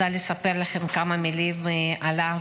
אני רוצה לספר לכם כמה מילים עליו.